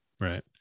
Right